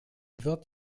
wird